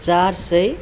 चार सय